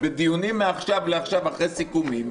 בדיונים מעכשיו לעכשיו אחרי סיכומים,